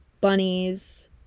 Bunnies